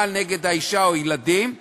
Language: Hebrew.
בעל נגד האישה או הילדים,